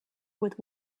with